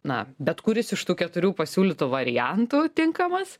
na bet kuris iš tų keturių pasiūlytų variantų tinkamas